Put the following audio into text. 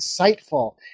insightful